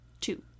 two